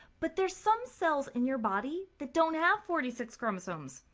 but there are some cells in your body that don't have forty six chromosomes.